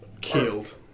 killed